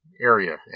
area